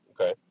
Okay